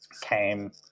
came